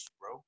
bro